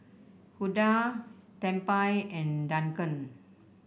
Hulda Tempie and Duncan